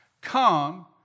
Come